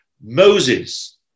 moses